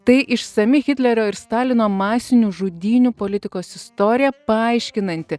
tai išsami hitlerio ir stalino masinių žudynių politikos istorija paaiškinanti